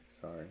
sorry